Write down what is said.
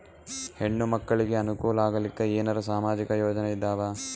ಹೆಣ್ಣು ಮಕ್ಕಳಿಗೆ ಅನುಕೂಲ ಆಗಲಿಕ್ಕ ಏನರ ಸಾಮಾಜಿಕ ಯೋಜನೆ ಇದಾವ?